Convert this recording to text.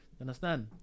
understand